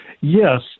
Yes